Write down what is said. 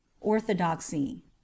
Orthodoxy